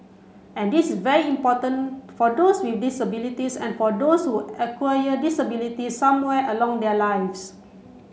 and this is very important for those with disabilities and for those who acquire disabilities somewhere along their lives